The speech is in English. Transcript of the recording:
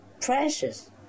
precious